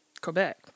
Quebec